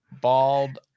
Bald